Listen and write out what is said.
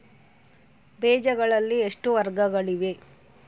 ಬೇಜಗಳಲ್ಲಿ ಎಷ್ಟು ವರ್ಗಗಳಿವೆ?